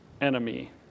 enemy